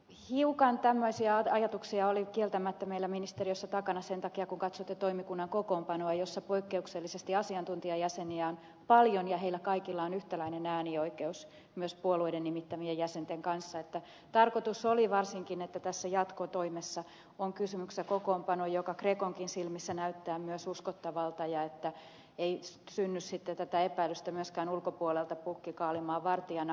mutta hiukan tämmöisiä ajatuksia meillä oli kieltämättä ministeriössä sen takia että kun katsotte toimikunnan kokoonpanoa jossa poikkeuksellisesti asiantuntijajäseniä on paljon ja heillä kaikilla on yhtäläinen äänioikeus myös puolueiden nimittämien jäsenten kanssa niin tarkoitus oli varsinkin että tässä jatkotoimessa on kysymyksessä kokoonpano joka myös grecon silmissä näyttää uskottavalta ja ettei synny sitten tätä epäilystä myöskään ulkopuolelta että pukki on kaalimaan vartijana